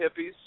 hippies